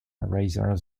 rather